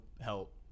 help